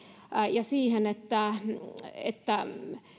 ja siihen että että